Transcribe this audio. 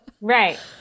Right